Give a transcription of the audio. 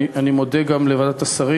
אני מודה גם לוועדת השרים,